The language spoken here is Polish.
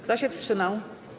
Kto się wstrzymał?